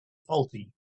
faulty